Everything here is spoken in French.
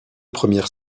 premières